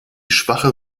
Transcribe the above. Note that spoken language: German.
schwache